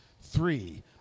Three